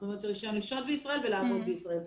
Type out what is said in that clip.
כלומר, רישיון לשהות בישראל ולעבוד בישראל.